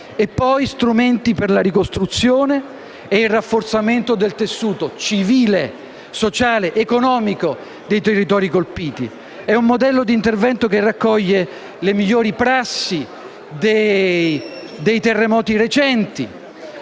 e poi strumenti per la ricostruzione e il rafforzamento del tessuto civile, sociale ed economico dei territori colpiti. È un modello di intervento che raccoglie le migliori prassi dei terremoti recenti,